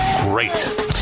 great